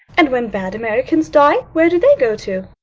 and when bad americans die, where do they go to?